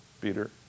Peter